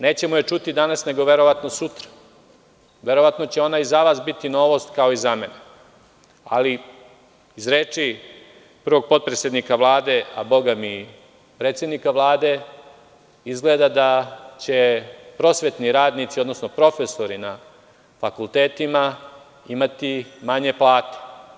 Nećemo je čuti danas, nego verovatno sutra, verovatno će i ona za vas biti novost, kao i za mene, ali iz reči prvog potpredsednika Vlade, a bogami i predsednika Vlade, izgleda da će prosvetni radnici, odnosno profesori na fakultetima, imati manje plate.